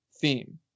theme